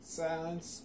silence